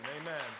amen